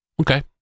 Okay